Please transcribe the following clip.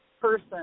person